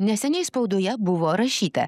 neseniai spaudoje buvo rašyta